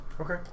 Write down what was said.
Okay